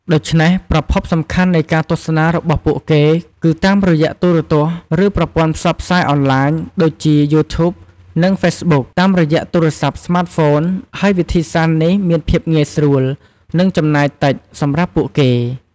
ដូច្នេះ ប្រភពសំខាន់នៃការទស្សនារបស់ពួកគេគឺតាមរយៈទូរទស្សន៍ ឬប្រព័ន្ធផ្សព្វផ្សាយអនឡាញ ដូចជា យូធូប និង ហ្វេសប៊ុក តាមរយៈទូរស័ព្ទស្មាតហ្វូន ហើយវិធីសាស្រ្តនេះមានភាពងាយស្រួល និងចំណាយតិចសម្រាប់ពួកគេ។។